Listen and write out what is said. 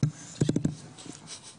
עד יום